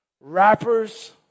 rappers